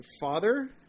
father